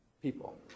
people